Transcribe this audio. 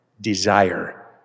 desire